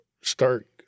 start